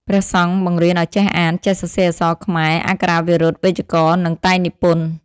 ព្រះសង្ឃបង្រៀនឲ្យចេះអាន ចេះសរសេរអក្សរខ្មែរ អក្ខរាវិរុទ្ធ វេយ្យាករណ៍ និងតែងនិពន្ធ។